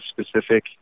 specific